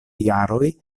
jaroj